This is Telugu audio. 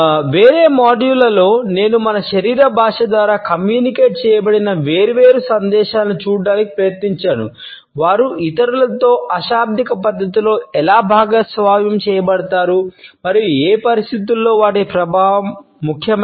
వేర్వేరు మాడ్యూళ్ళలో నేను మన శరీర భాష ద్వారా కమ్యూనికేట్ చేయబడిన వేర్వేరు సందేశాలను చూడటానికి ప్రయత్నించాను వారు ఇతరులతో అశాబ్దిక పద్ధతిలో ఎలా భాగస్వామ్యం చేయబడతారు మరియు ఏ పరిస్థితులలో వాటి ప్రభావం ముఖ్యమైనది